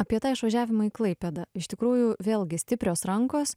apie tą išvažiavimą į klaipėdą iš tikrųjų vėlgi stiprios rankos